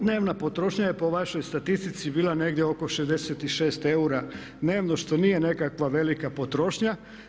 Dnevna potrošnja je po vašoj statistici bila negdje oko 66 eura dnevno što nije nekakva velika potrošnja.